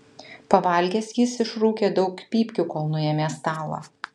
pavalgęs jis išrūkė daug pypkių kol nuėmė stalą